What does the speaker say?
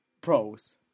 pros